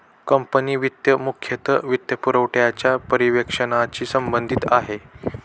company वित्त मुख्यतः वित्तपुरवठ्याच्या पर्यवेक्षणाशी संबंधित आहे